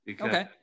Okay